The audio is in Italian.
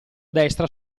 destra